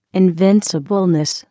invincibleness